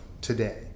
today